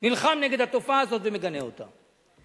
נלחם נגד התופעה הזאת ומגנה אותה.